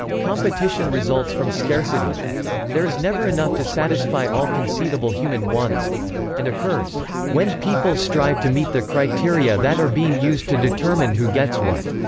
competition results from scarcity there is never enough to satisfy all conceivable human wants and occurs when people strive to meet the criteria that are being used to determine who gets what.